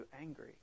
angry